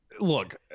look